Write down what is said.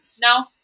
No